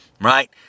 right